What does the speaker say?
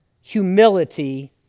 humility